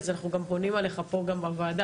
אז אנחנו גם פונים אליך פה גם בוועדה.